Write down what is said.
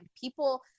people